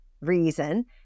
reason